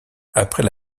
après